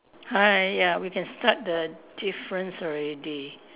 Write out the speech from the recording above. hi ya we can start the difference already